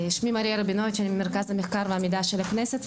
אני מהמרכז למחקר והמידע של הכנסת.